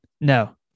no